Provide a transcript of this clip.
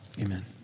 Amen